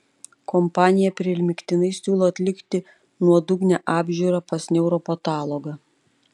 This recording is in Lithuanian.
kompanija primygtinai siūlo atlikti nuodugnią apžiūrą pas neuropatologą